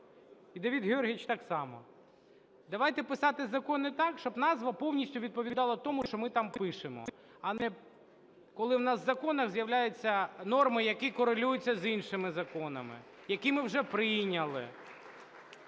І Давид Георгійович так само. Давайте писати закони так, щоб назва повністю відповідала тому, що ми там пишемо, а не коли у нас в законах з'являються норми, які корелюються з іншими законами, які ми вже прийняли.